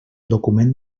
document